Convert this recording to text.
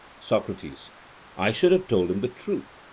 socrates i should have told him the truth.